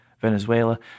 Venezuela